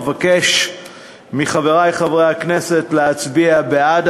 אבקש מחברי חברי הכנסת להצביע בעד